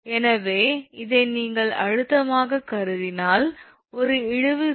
எனவே இதை நீங்கள் அழுத்தமாக கருதினால் ஒரு இழுவிசை சுமை 125𝑘𝑁